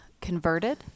converted